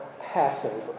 Passover